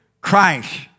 Christ